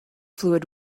fluid